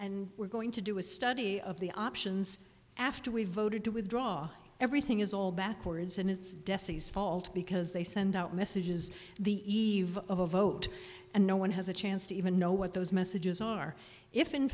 and we're going to do a study of the options after we voted to withdraw everything is all backwards and it's destinies fault because they send out messages the eve of a vote and no one has a chance to even know what those messages are if in